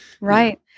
Right